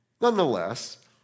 Nonetheless